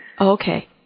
Okay